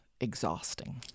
Exhausting